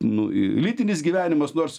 nu lytinis gyvenimas nors